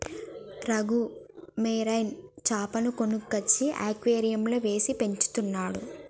Raghu marine చాపను కొనుక్కొచ్చి అక్వేరియంలో వేసి పెంచుతున్నాడు